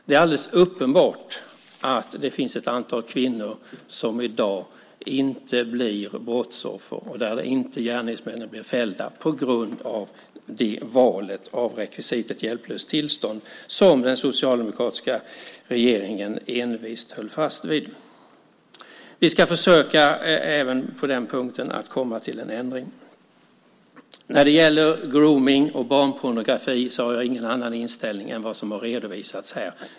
Det är alldeles uppenbart att det finns ett antal kvinnor som i dag inte blir brottsoffer och där gärningsmännen inte blir fällda på grund av valet av rekvisitet hjälplöst tillstånd som den socialdemokratiska regeringen envist höll fast vid. Vi ska även på den punkten försöka att få till en ändring. När det gäller grooming och barnpornografi har jag ingen annan inställning än den som har redovisats här.